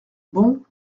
bon